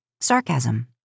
Sarcasm